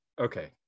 okay